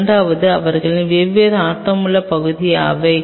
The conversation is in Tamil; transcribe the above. இரண்டாவதாக அவர்களின் வெவ்வேறு ஆர்வமுள்ள பகுதிகள் யாவை